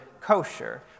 kosher